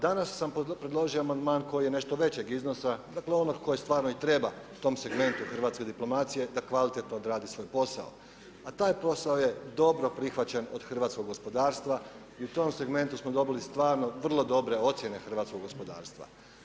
Danas sam predložio amandman koji je nešto većeg iznosa dakle onog kojeg stvarno i treba u tom segmentu hrvatske diplomacije da kvalitetno odrade svoj posao, a taj posao je dobro prihvaćen od hrvatskog gospodarstva i u tom segmentu smo dobili stvarno vrlo dobre ocjene hrvatskog gospodarstva.